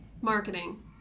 Marketing